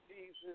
Jesus